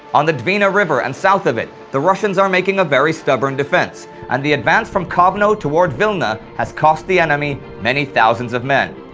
on the dwina river and south of it the russians are making a very stubborn defense, and the advance from kovno toward vilna has cost the enemy many thousands of men.